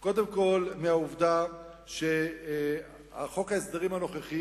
קודם כול מהעובדה שחוק ההסדרים הנוכחי,